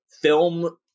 film